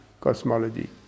cosmology